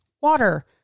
water